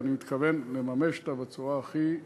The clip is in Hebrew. ואני מתכוון לממש אותה בצורה הכי ברורה.